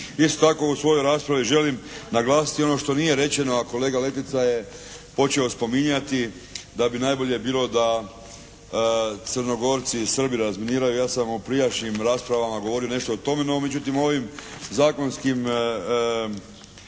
Isto tako, u svojoj raspravi želim naglasiti ono što nije rečeno a kolega Letica je počeo spominjati da bi najbolje bilo da Crnogorci i Srbi razminiraju. Ja sam u prijašnjim raspravama govorio nešto o tome, no međutim ovim zakonskim